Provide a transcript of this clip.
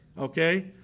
okay